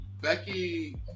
Becky